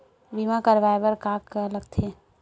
बीमा करवाय बर का का लगथे?